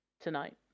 tonight